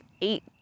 eight